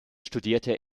studierte